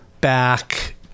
back